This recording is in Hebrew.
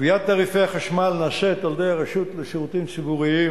קביעת תעריפי החשמל נעשית על-ידי הרשות לשירותים ציבוריים,